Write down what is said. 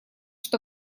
что